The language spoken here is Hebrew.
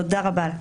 תודה רבה.